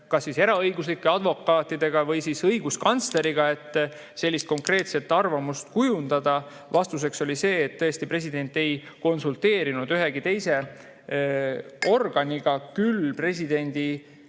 kas eraõiguslike advokaatidega või õiguskantsleriga, et sellist konkreetset arvamust kujundada. Vastus oli see, et tõesti president ei konsulteerinud ühegi teise organiga, küll aga presidendi